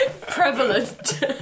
Prevalent